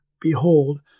Behold